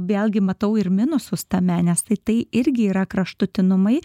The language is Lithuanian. vėlgi matau ir minusus tame nes tai tai irgi yra kraštutinumai